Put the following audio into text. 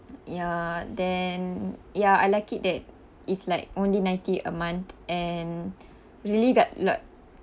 ya then ya I like it that it's like only ninety a month and really got a lot